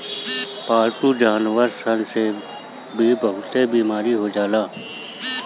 पालतू जानवर सन से भी बहुते बेमारी हो जाला